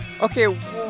Okay